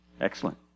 Excellent